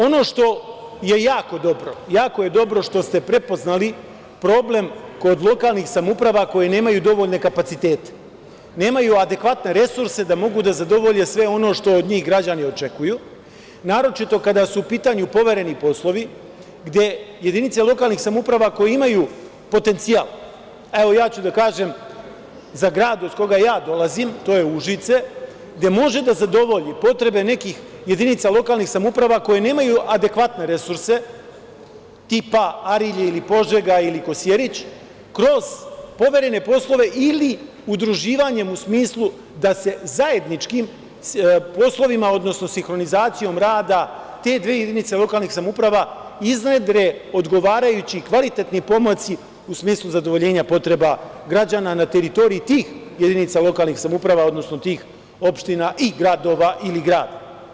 Ono što je jako dobro, jako je dobro što ste prepoznali problem kod lokalnih samouprava koje nemaju dovoljne kapacitete, nemaju adekvatne resurse da mogu da zadovolje sve ono što od njih građani očekuju, naročito kada su u pitanju povereni poslovi, gde jedinice lokalnih samouprava koje imaju potencijal, evo, ja ću da kažem za grad iz kog ja dolazim, to je Užice, gde može da zadovolji potrebe nekih jedinica lokalnih samouprava koje nemaju adekvatne resurse, tipa Arilje ili Požega ili Kosjerić, kroz poverene poslove ili udruživanjem u smislu da se zajedničkim poslovima, odnosno sinhronizacijom rada te dve jedinice lokalnih samouprava iznedre odgovarajući kvalitetni pomaci u smislu zadovoljenja potreba građana na teritoriji tih jedinica lokalnih samouprava, odnosno tih opština i gradova ili grada.